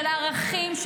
של ערכים,